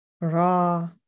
raw